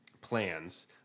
plans